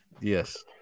yes